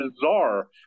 bizarre